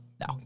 No